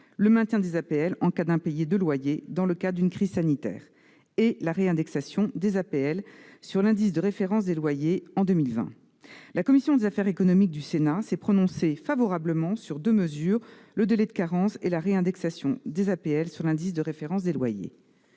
le maintien des APL en cas d'impayés de loyers dans le cas d'une crise sanitaire ; la réindexation des APL sur l'indice de référence des loyers en 2020. La commission des affaires économiques du Sénat s'est prononcée favorablement sur deux mesures : le délai de carence et la réindexation des APL sur l'indice de référence des loyers.